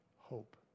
hope